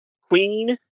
Queen